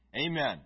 Amen